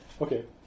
Okay